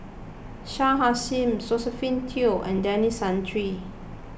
Shah Hussain Josephine Teo and Denis Santry